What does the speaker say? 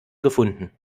gefunden